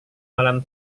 malam